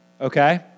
Okay